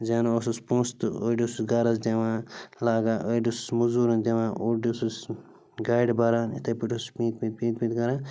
زینان اوسُس پونٛسہٕ تہٕ أڑۍ اوسُس گَرَس دِوان لاگان أڑۍ اوسُس مٔزوٗرَن دِوان اوٚڑ اوسُس گاڑِ بران اِتھَے پٲٹھۍ اوسُس پینٛتہِ پینٛتہِ پینٛتہِ پینٛتہِ کران